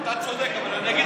אתה צודק, אבל אני אגיד לך משהו.